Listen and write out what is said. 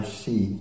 see